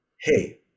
hey